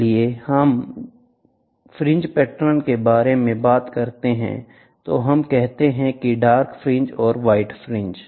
इसलिए जब हम फ्रिंज पैटर्न के बारे में बात करते हैं तो हम कहते हैं कि डार्क फ्रिंज और व्हाइट फ्रिंज